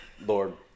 Lord